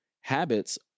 habits